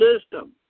system